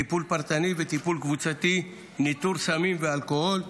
טיפול פרטני וטיפול קבוצתי, ניטור סמים ואלכוהול,